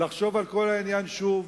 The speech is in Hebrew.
לחשוב על כל העניין שוב,